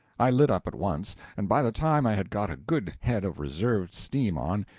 i lit up at once, and by the time i had got a good head of reserved steam on,